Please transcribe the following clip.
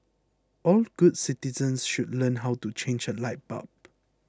all good citizens should learn how to change a light bulb